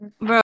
Bro